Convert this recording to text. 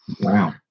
Wow